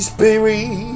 Spirit